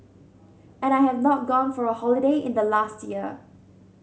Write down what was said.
and I have not gone for a holiday in the last year